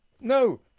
No